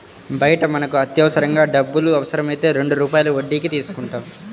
బయట మనకు అత్యవసరంగా డబ్బులు అవసరమైతే రెండు రూపాయల వడ్డీకి తీసుకుంటాం